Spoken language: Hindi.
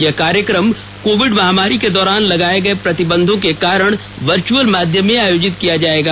यह कार्यक्रम कोविड महामारी के दौरान लगाए गए प्रतिबंधों के कारण वर्चअल माध्यम में आयोजित किया जाएगा